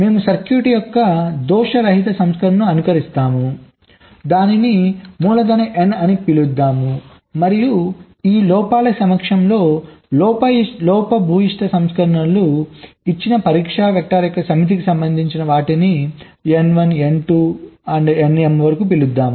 మేము సర్క్యూట్ యొక్క దోష రహిత సంస్కరణను అనుకరిస్తాము దానిని మూలధన N అని పిలుద్దాం మరియు ఈ లోపాల సమక్షంలో లోపభూయిష్ట సంస్కరణలు ఇచ్చిన పరీక్షా వెక్టార్ యొక్క సమితికి సంబంధించిన వాటిని N1 N2 నుండి Nm వరకు పిలుద్దాం